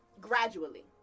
gradually